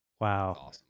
Wow